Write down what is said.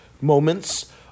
moments